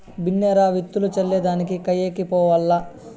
బిన్నే రా, విత్తులు చల్లే దానికి కయ్యకి పోవాల్ల